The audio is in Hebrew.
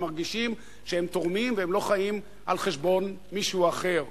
והם מרגישים שהם תורמים והם לא חיים על חשבון מישהו אחר.